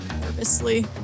nervously